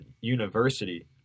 university